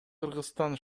кыргызстан